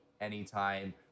Anytime